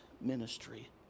ministry